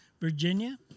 Virginia